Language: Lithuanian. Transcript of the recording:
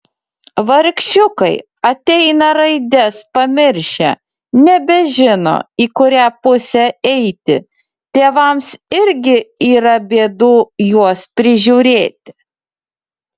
vargšiukai ateina raides pamiršę nebežino į kurią pusę eiti tėvams irgi yra bėdų juos prižiūrėti